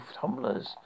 tumblers